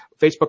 Facebook